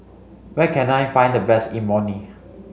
where can I find the best Imoni